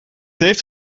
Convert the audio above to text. heeft